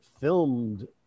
filmed